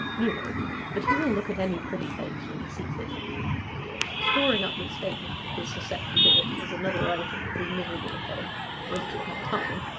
you know but he will look at any pretty face when he sees it storing up this statement of his susceptibility as another item to be miserable upon when she had time,